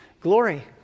glory